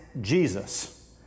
Jesus